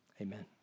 amen